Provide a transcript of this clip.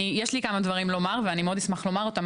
יש לי כמה דברים לומר ואני מאוד אשמח לומר אותם,